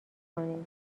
کنین